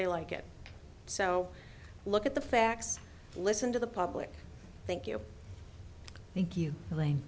they like it so look at the facts listen to the public thank you thank you